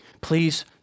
Please